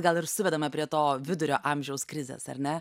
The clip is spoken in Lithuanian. gal ir suvedame prie to vidurio amžiaus krizės ar ne